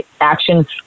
Actions